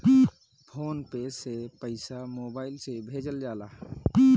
phone पे से पईसा mobile से भेजल जाला